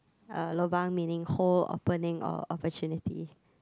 uh lobang meaning hole opening or opportunity